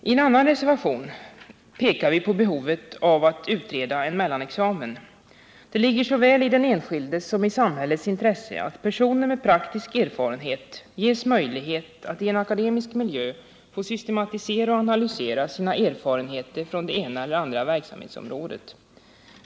I en annan reservation pekar vi på behovet av att utreda en mellanexamen. Det ligger såväl i den enskildes som i samhällets intresse att personer med praktisk erfarenhet ges möjlighet att i en akademisk miljö få systematisera och analysera sina erfarenheter från det ena eller andra verksamhetsområdet.